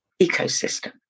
ecosystem